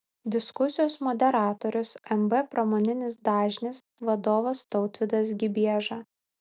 diskusijos moderatorius mb pramoninis dažnis vadovas tautvydas gibieža